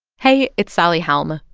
hey. it's sally helm.